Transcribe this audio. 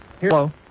Hello